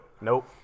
Nope